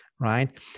right